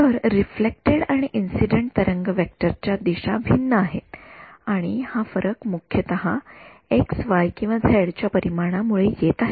तर रिफ्लेक्टेड आणि इंसिडेंट तरंग वेक्टर च्या दिशा भिन्न आहेत आणि हा फरक मुख्यत एक्सवाई किंवा झेड च्या परिमाणा मुळे येत आहे